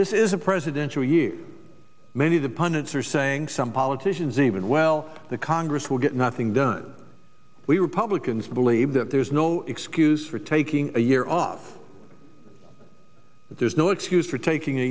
this is a presidential year many of the pundits are saying some politicians even well the congress will get nothing done we republicans believe that there's no excuse for taking a year off but there's no excuse for taking a